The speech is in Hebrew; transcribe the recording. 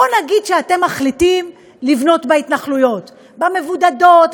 בואו נגיד שאתם מחליטים לבנות בהתנחלויות: במבודדות,